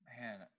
man